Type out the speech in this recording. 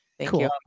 Cool